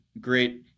great